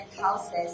houses